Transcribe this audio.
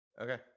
Okay